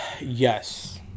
Yes